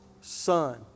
son